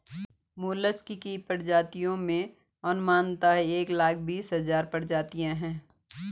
mollusc की प्रजातियों में अनुमानतः एक लाख बीस हज़ार प्रजातियां है